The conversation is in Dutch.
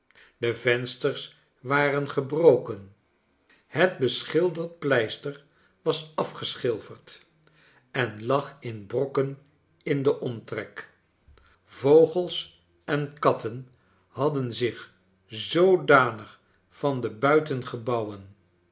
de vensters waren gebroken hetbeschilderd pleister was afgeschilferd en lag in brokken in den omtrek vogels en katten hadden zich zoodanig van de